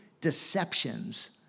deceptions